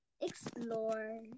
Explore